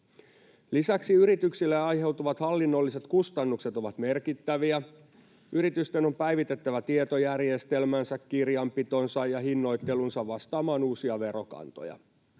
Lisäksi yrityksille aiheutuvat hallinnolliset kustannukset ovat merkittäviä. Yritysten on päivitettävä tietojärjestelmänsä, kirjanpitonsa ja hinnoittelunsa vastaamaan uusia verokantoja.